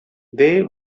they